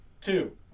two